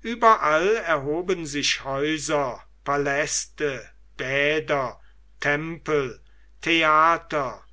überall erhoben sich häuser paläste bäder tempel theater